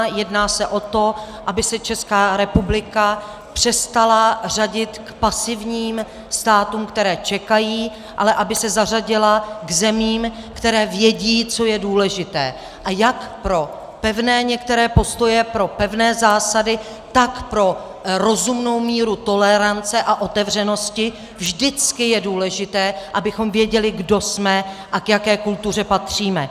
Jedná se o to, aby se Česká republika přestala řadit k pasivním státům, které čekají, ale aby se zařadila k zemím, které vědí, co je důležité, a jak pro některé pevné postoje, pro pevné zásady, tak pro rozumnou míru tolerance a otevřenosti vždycky je důležité, abychom věděli, kdo jsme a k jaké kultuře patříme.